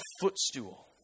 footstool